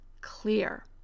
clear